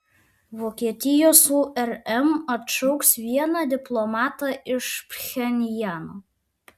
vokietijos urm atšauks vieną diplomatą iš pchenjano